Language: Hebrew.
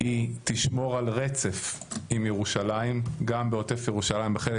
היא תשמור על רצף עם ירושלים גם בעוטף ירושלים בחלק